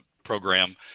Program